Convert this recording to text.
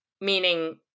Meaning